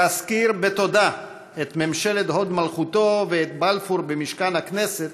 להזכיר בתודה את ממשלת הוד מלכותו ואת בלפור במשכן הכנסת